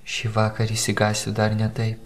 šįvakar išsigąsiu dar ne taip